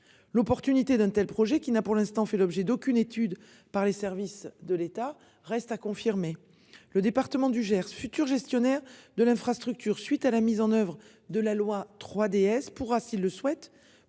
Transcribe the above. l'opportunité d'un tel projet qui n'a pour l'instant fait l'objet d'aucune étude par les services de l'État reste à confirmer. Le département du Gers futur gestionnaire de l'infrastructure suite à la mise en oeuvre de la loi 3DS pourra s'il le souhaite